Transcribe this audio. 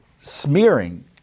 smearing